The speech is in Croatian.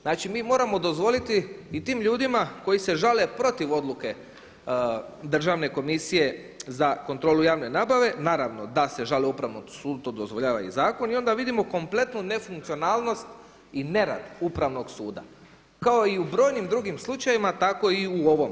Znači mi moramo dozvoliti i tim ljudima koji se žale protiv odluke Državne komisije za kontrolu javne nabave, naravno da se žele Upravnom sudu, to dozvoljava i zakon i onda vidimo kompletnu nefunkcionalnost i nerad Upravnog suda, kao i u brojnim drugim slučajevima tako i u ovom.